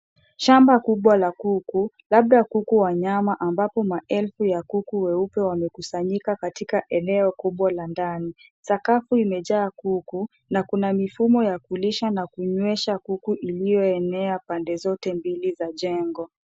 Shamba kubwa la kuku, labda kuku wa nyama ambapo maelfu ya kuku weupe wamekusanyika katika eneo kubwa la ndani. Sakafu imejaa kuku na kuna misomo ya kulisha na kunywesha kuku iliyoenea pande zote mbili za jengo.